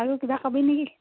আৰু কিবা ক'বি নে কি